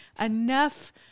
enough